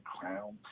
crown